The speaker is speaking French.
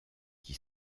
qui